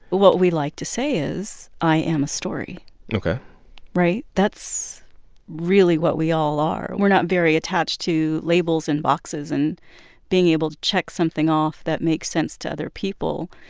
what we like to say is, i am a story ok right? that's really what we all are. we're not very attached to labels and boxes and being able to check something off that makes sense to other people.